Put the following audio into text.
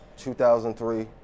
2003